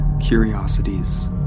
curiosities